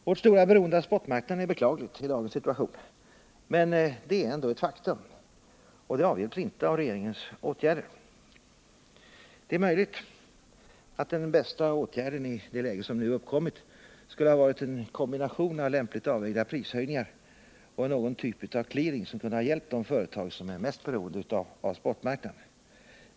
Vårt stora beroende av spotmarknaden är beklagligt i dagens situation, att trygga tillgången på olja att trygga tillgången på olja men det är ändå ett faktum, och det avhjälps inte av regeringens åtgärder. Det är möjligt att den bästa åtgärden i det läge som nu uppkommit skulle ha varit en kombination av lämpligt avvägda prishöjningar och någon typ av clearing som kunde ha hjälpt de företag som är mest beroende av spotmarknaden.